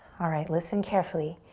alright, listen carefully.